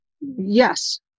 yes